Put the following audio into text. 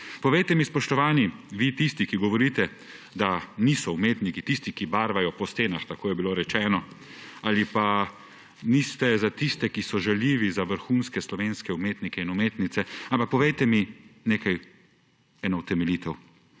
Povejte mi, spoštovani, tisti, ki govorite, da niso umetniki tisti, ki barvajo po stenah, tako je bilo rečeno, ali pa niste za tiste, ki so žaljivi, za vrhunske slovenske umetnike in umetnice, povejte mi nekaj, eno utemeljitev.